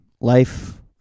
life